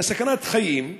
לסכנת חיים.